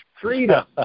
freedom